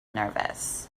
nervous